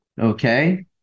okay